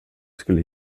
skulle